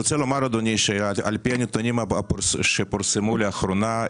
על-פי הנתונים שפורסמו לאחרונה,